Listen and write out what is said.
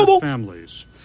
families